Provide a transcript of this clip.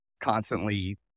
constantly